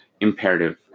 imperative